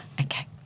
Okay